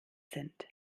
sind